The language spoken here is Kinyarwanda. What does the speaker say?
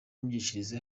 myigishirize